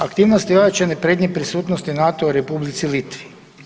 Aktivnosti ojačane prednje prisutnosti NATO-a u Republici Litvi.